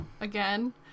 again